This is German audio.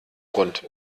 grund